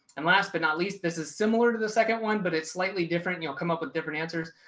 and last but not least, this is similar to the second one, but it's slightly different. you'll come up with different answers.